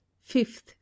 fifth